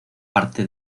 parte